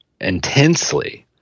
intensely